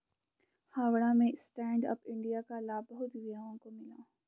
हावड़ा में stand up India का लाभ बहुत युवाओं को मिला